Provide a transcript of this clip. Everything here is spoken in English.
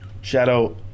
Shadow